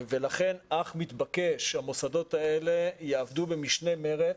ולכן אך מתבקש שהמוסדות האלה יעבדו במשנה מרץ,